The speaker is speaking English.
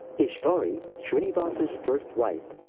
ishvari, shrinivas's first wife,